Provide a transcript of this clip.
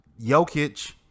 Jokic